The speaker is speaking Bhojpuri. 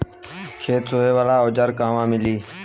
खेत सोहे वाला औज़ार कहवा मिली?